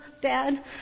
dad